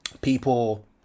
people